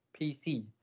PC